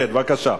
כן, בבקשה.